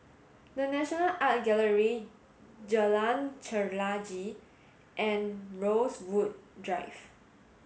the National Art Gallery Jalan Chelagi and Rosewood Drive